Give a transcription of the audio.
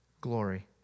glory